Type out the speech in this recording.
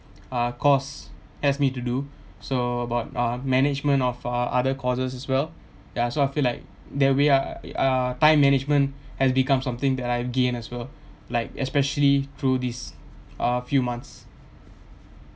ah course asked me to do so about uh management of uh other courses as well ya so I feel like that we are eh ah time management has become something that I've gained as well like especially through this uh few months